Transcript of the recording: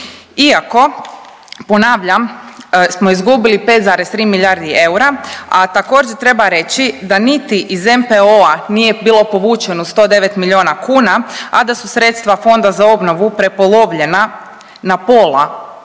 Iako, ponavljam smo izgubili 5,3 milijardi eura, a također treba reći da niti iz NPO-a nije bilo povučeno 109 miliona kuna, a da su sredstva Fonda za obnovu prepolovljena na pola